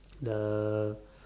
the